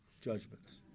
judgments